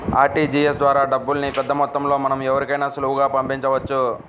RTGS ద్వారా డబ్బుల్ని పెద్దమొత్తంలో మనం ఎవరికైనా సులువుగా పంపించవచ్చు